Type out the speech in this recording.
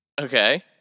Okay